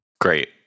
Great